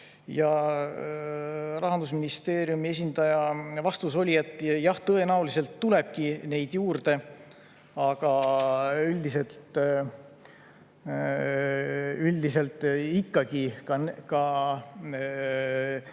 Rahandusministeeriumi esindaja vastus oli, et jah, tõenäoliselt tulebki neid juurde, aga üldiselt ka